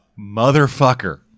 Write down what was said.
Motherfucker